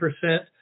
percent